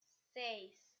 seis